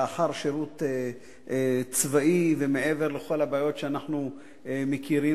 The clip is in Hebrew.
לאחר שירות צבאי - מעבר לכל הבעיות שאנחנו מכירים